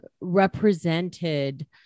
represented